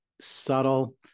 subtle